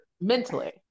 mentally